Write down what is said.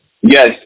Yes